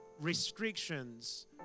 restrictions